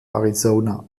arizona